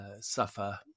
suffer